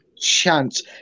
chance